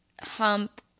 hump